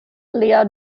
lia